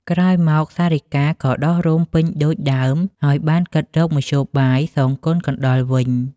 ក្រោយមកសារិកា ក៏ដុះរោមពេញដូច ដើម ហើយបានគិតរកមធ្យោបាយសងគុណកណ្ដុរវិញ។